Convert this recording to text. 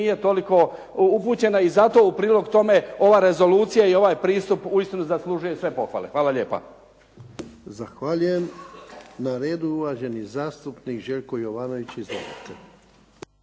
nije toliko upućena. I zato u prilog tome ova rezolucija i ovaj pristup uistinu zaslužuje sve pohvale. Hvala lijepa. **Jarnjak, Ivan (HDZ)** Zahvaljujem. Na redu je uvaženi zastupnik Željko Jovanović. Izvolite.